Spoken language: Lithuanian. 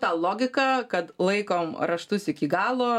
tą logiką kad laikom raštus iki galo